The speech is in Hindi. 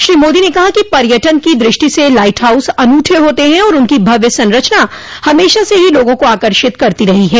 श्री मोदी ने कहा कि पर्यटन की दृष्टि से लाइट हाउस अनूठे होते हैं और उनकी भव्य संरचना हमेशा से ही लोगों को आकर्षित करती रही है